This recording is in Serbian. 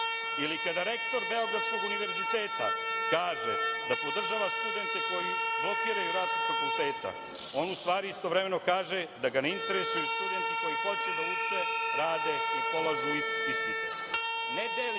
ili kada rektor Beogradskog univerziteta kaže da podržava studente koji blokiraju rad fakulteta, on u stvari istovremeno kaže da ga ne interesuju studenti koji hoće da uče, rade i polažu ispite.